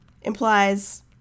implies